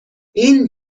این